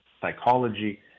psychology